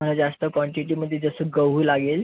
मला जास्त क्वांटीटीमध्ये जसं गहू लागेल